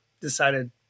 decided